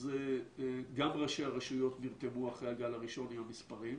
זה גם ראשי הרשויות נרתמו אחרי הגל הראשון עם המספרים